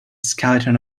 skeleton